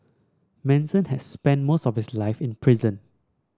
Manson had spent most of his life in prison